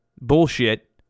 bullshit